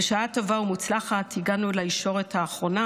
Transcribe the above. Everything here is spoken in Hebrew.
בשעה טובה ומוצלחת הגענו לישורת האחרונה.